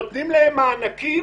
נותנים להם מענקים,